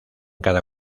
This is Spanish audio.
cada